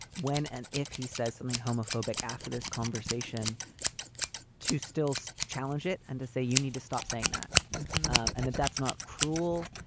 when and if he says something homophobic after this conversation to still so challenge it and to say you need to stop saying that and that that's not cruel,